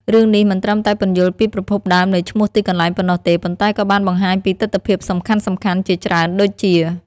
រឿងនេះមិនត្រឹមតែពន្យល់ពីប្រភពដើមនៃឈ្មោះទីកន្លែងប៉ុណ្ណោះទេ ប៉ុន្តែក៏បានបង្ហាញពីទិដ្ឋភាពសំខាន់ៗជាច្រើនដូចជា៖